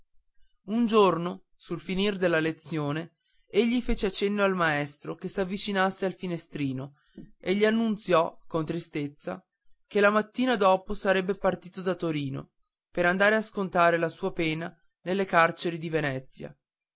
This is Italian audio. un giorno sul finire della lezione egli fece cenno al maestro che s'avvicinasse al finestrino e gli annunziò con tristezza che la mattina dopo sarebbe partito da torino per andare a scontare la sua pena nelle carceri di venezia